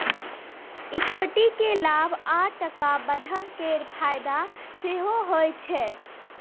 equity केँ लाभ आ टका बढ़ब केर फाएदा सेहो होइ छै